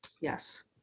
yes